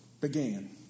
began